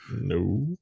No